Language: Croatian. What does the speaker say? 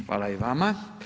Hvala i vama.